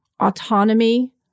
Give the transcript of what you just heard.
autonomy